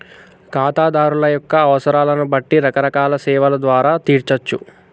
ఖాతాదారుల యొక్క అవసరాలను బట్టి రకరకాల సేవల ద్వారా తీర్చచ్చు